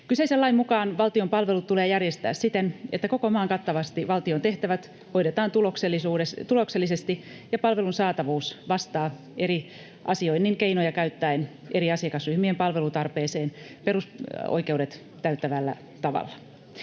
Kyseisen lain mukaan valtion palvelut tulee järjestää siten, että koko maan kattavasti valtion tehtävät hoidetaan tuloksellisesti ja palvelun saatavuus vastaa eri asioinnin keinoja käyttäen eri asiakasryhmien palvelutarpeeseen perusoikeudet täyttävällä tavalla.